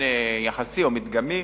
נמצא